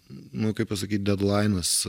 nu kaip pasakyt dedlainas